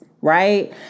Right